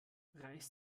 reiß